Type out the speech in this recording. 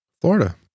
Florida